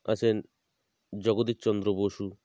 আছেন জগদীশচন্দ্র বসু